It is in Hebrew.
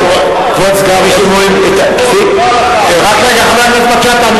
סליחה, עם כל הכבוד, רק רגע, חבר הכנסת מג'אדלה.